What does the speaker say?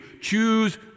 choose